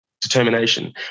determination